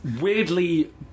Weirdly